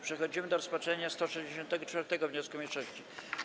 Przechodzimy do rozpatrzenia 164. wniosku mniejszości.